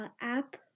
app